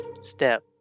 step